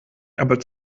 aber